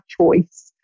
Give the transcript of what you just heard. choice